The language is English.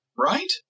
Right